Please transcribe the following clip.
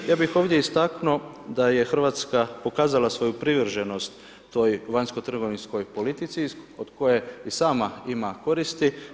Ja bih ovdje istaknuto da je Hrvatska pokazala svoju privrženost toj vanjsko-trgovinskoj politici od koje i sama ima koristi.